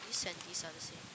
this and this are the same